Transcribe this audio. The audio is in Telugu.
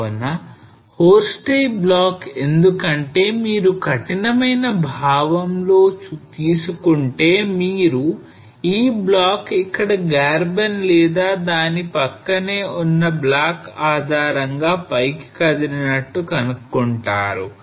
కావున horst a block ఎందుకంటే మీరు కఠినమైన భావంలో తీసుకుంటే మీరు ఈ బ్లాక్ ఇక్కడ Graben లేదా దాని పక్కనే ఉన్న బ్లాక్ ఆధారంగా పైకి కదిలినట్టు కనుక్కుంటారు